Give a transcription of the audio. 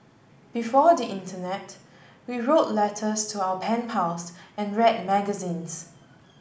before the internet we wrote letters to our pen pals and read magazines